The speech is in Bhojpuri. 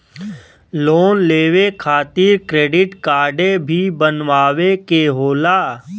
लोन लेवे खातिर क्रेडिट काडे भी बनवावे के होला?